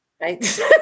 right